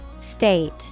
State